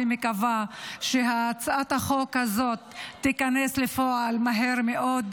ומקווה שהצעת החוק הזאת תיכנס לפועל מהר מאוד,